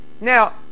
Now